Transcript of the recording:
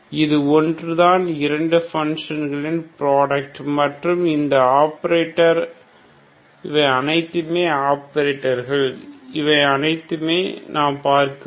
இந்த ஒன்றுதான் 2 ஃபங்ஷன் களின் ப்ராடக்ட் மற்றும் இது அந்த ஆப்பரேட்டர் இவை அனைத்துமே ஆபரேட்டர்கள் இவை அனைத்தையும் நாம் பார்க்கிறோம்